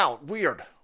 weird